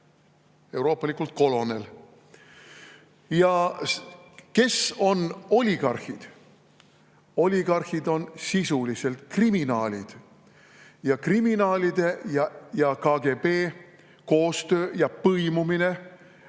euroopalikult kolonel. Ja kes on oligarhid? Oligarhid on sisuliselt kriminaalid. Kriminaalide ja KGB koostöö ja põimumine